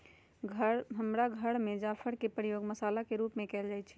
हमर घर में जाफर के प्रयोग मसल्ला के रूप में कएल जाइ छइ